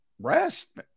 rest